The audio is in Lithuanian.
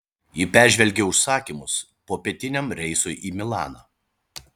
ji peržvelgė užsakymus popietiniam reisui į milaną